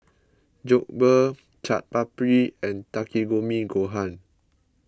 Jokbal Chaat Papri and Takikomi Gohan